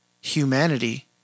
humanity